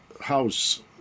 house